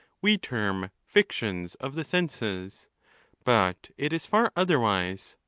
we term fictions of the senses but it is far otherwise.